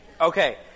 Okay